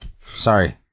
Sorry